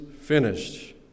finished